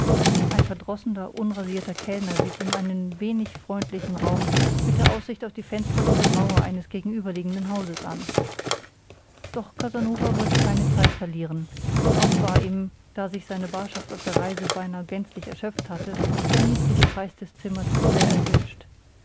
ein verdrossener unrasierter kellner wies ihm einen wenig freundlichen raum mit der aussicht auf die fensterlose mauer eines gegenüberliegenden hauses an doch casanova wollte keine zeit verlieren auch war ihm da sich seine barschaft auf der reise beinahe gänzlich erschöpft hatte der niedrige preis des zimmers sehr erwünscht